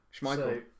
Schmeichel